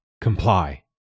Comply